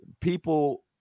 people